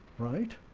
right?